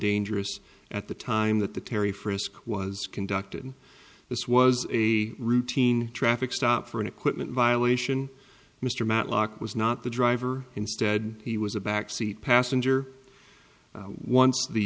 dangerous at the time that the terry frisk was conducted this was a routine traffic stop for an equipment violation mr matlock was not the driver instead he was a back seat passenger